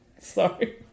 Sorry